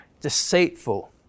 deceitful